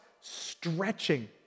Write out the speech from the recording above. stretching